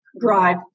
Drive